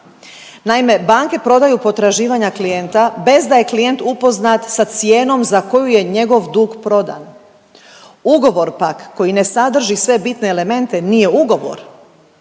Naime, banke prodaju potraživanja klijenta bez da je klijent upoznat sa cijenom za koju je njegov dug prodan. Ugovor pak koji ne sadrži sve bitne elemente nije ugovor,